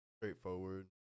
straightforward